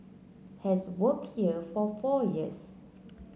has worked here for four years